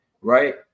right